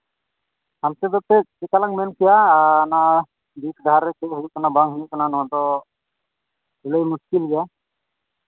ᱦᱟᱱᱛᱮ ᱫᱚ ᱠᱟᱹᱡ ᱪᱤᱠᱟ ᱞᱟᱝ ᱢᱮᱱ ᱠᱮᱭᱟ ᱚᱱᱟ ᱪᱮᱫ ᱦᱩᱭᱩᱜ ᱠᱟᱱᱟ ᱵᱟᱝ ᱦᱩᱭᱩᱜ ᱠᱟᱱᱟ ᱚᱱᱟᱫᱚ ᱞᱟᱹᱭ ᱢᱩᱥᱠᱤᱞ ᱜᱮᱭᱟ